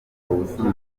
ubusanzwe